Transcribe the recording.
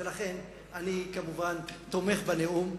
ולכן אני כמובן תומך בנאום,